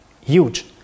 huge